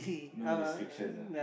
no restrictions ah